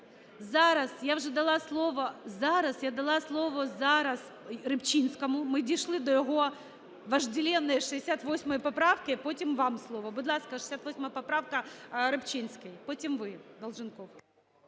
Зараз! Я дала слово зараз Рибчинському, ми дійшли до його вожделенной 68 поправки. Потім вам слово. Будь ласка, 68 поправка. Рибчинський. Потім ви, Долженков.